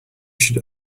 should